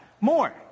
More